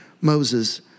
Moses